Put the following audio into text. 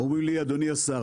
הם אמרו לי: אדוני השר,